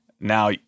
now